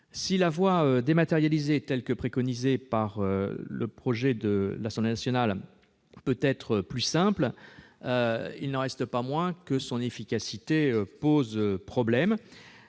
Si la voie dématérialisée, telle qu'elle est préconisée par l'Assemblée nationale, peut sembler plus simple, il n'en reste pas moins que son efficacité pose problème.